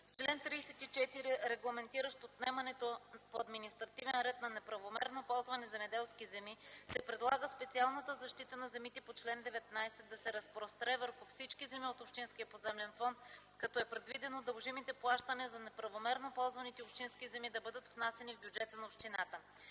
чл. 34, регламентиращ отнемането по административен ред на неправомерно ползвани земеделски земи, се предлага специалната защита на земите по чл. 19 да се разпростре върху всички земи от общинския поземлен фонд, като е предвидено дължимите плащания за неправомерно ползваните общински земи да бъдат внасяни в бюджета на общината.